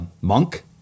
Monk